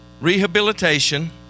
rehabilitation